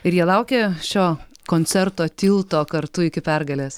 ir jie laukia šio koncerto tilto kartu iki pergalės